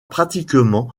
pratiquement